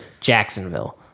Jacksonville